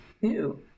ew